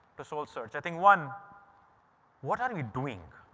to soul search, i think one what are we doing?